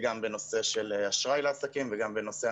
של כל מיני מידעים לטובת רשות המסים כדי שיעבירו את